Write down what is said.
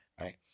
right